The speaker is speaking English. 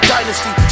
Dynasty